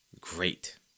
great